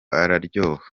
araryoha